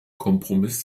kompromiss